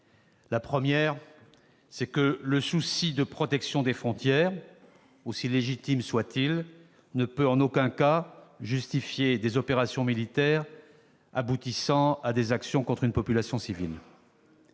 Premièrement, le souci de protection des frontières, aussi légitime soit-il, ne peut en aucun cas justifier des opérations militaires aboutissant à des actions contre une population civile.